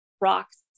rocks